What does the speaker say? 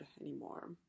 anymore